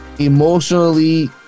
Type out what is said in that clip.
emotionally